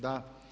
Da.